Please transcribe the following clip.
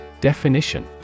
Definition